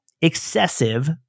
excessive